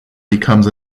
becomes